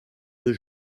deux